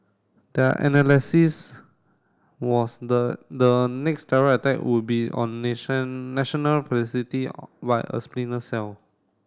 their analysis was the the next terror attack would be on national facility by a splinter cell